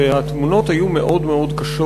והתמונות היו מאוד קשות.